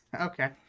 Okay